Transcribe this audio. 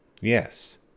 Yes